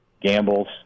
gambles